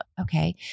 okay